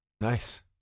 Nice